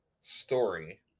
story